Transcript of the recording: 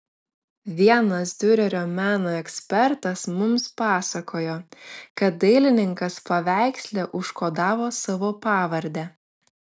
vienas diurerio meno ekspertas mums pasakojo kad dailininkas paveiksle užkodavo savo pavardę